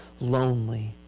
lonely